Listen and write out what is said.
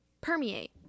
permeate